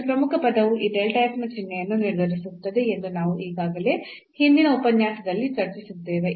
ಮತ್ತು ಈ ಪ್ರಮುಖ ಪದವು ಈ ನ ಚಿಹ್ನೆಯನ್ನು ನಿರ್ಧರಿಸುತ್ತದೆ ಎಂದು ನಾವು ಈಗಾಗಲೇ ಹಿಂದಿನ ಉಪನ್ಯಾಸದಲ್ಲಿ ಚರ್ಚಿಸಿದ್ದೇವೆ